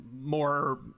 more